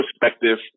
perspective